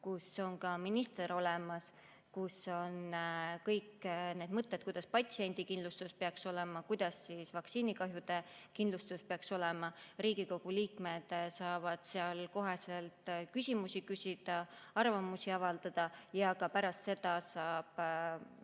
kus on ka minister [ettekandjana] olemas. Seal on kõik need mõtted, kuidas patsiendikindlustus peaks olema, kuidas vaktsiinikahjude kindlustus peaks olema, Riigikogu liikmed saavad seal kohe küsimusi küsida, arvamusi avaldada ja pärast seda,